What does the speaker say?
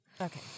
Okay